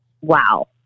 Wow